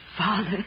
Father